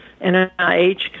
NIH